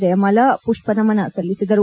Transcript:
ಜಯಮಾಲಾ ಮಷ್ತ ನಮನ ಸಲ್ಲಿಸಿದರು